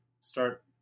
start